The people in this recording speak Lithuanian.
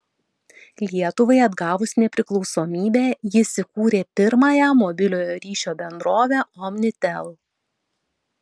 lietuvai atgavus nepriklausomybę jis įkūrė pirmąją mobiliojo ryšio bendrovę omnitel